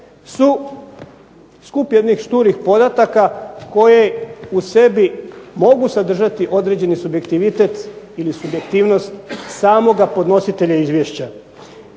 su skup jednih šturih podataka koje u sebi mogu sadržati određeni subjektivitet ili subjektivnost samoga podnositelja izvješća.